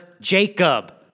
Jacob